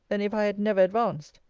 than if i had never advanced.